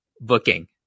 booking